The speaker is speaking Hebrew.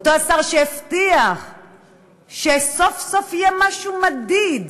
אותו שר שהבטיח שסוף-סוף יהיה משהו מדיד,